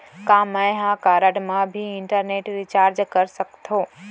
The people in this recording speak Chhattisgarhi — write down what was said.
का मैं ह कारड मा भी इंटरनेट रिचार्ज कर सकथो